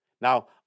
Now